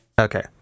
Okay